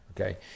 okay